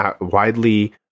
widely